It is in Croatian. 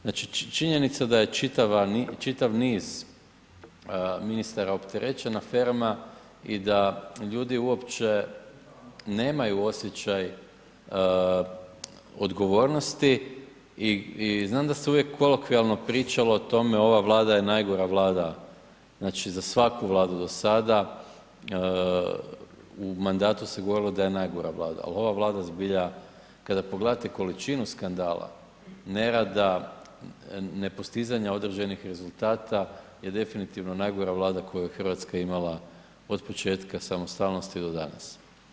Znači činjenica je da čitav niz ministara opterećen aferama i da ljudi uopće nemaju osjećaj odgovornosti i znamo da se uvijek kolokvijalno pričalo o tome, ova Vlada je najgora Vlada znači za svaku Vladu do sada, u mandatu se govorilo da je najgora Vlada, ali ova Vlada zbilja kada pogledate količinu skandala, nerada, nepostizanja određenih rezultata je definitivno najgora Vlada koju je Hrvatska imala od početka samostalnosti do danas.